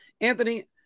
Anthony